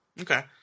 Okay